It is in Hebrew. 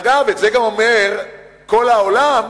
אגב, את זה גם אומר כל העולם,